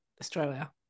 Australia